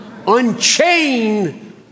Unchain